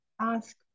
ask